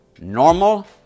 normal